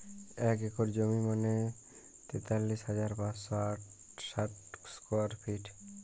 এক একর জমি মানে তেতাল্লিশ হাজার পাঁচশ ষাট স্কোয়ার ফিট